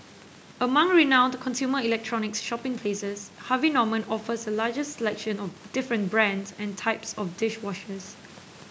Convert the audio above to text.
among renowned consumer electronics shopping places Harvey Norman offers a largest selection of different brands and types of dish washers